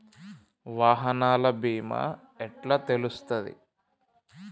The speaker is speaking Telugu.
వాహనాల బీమా ఎట్ల తెలుస్తది?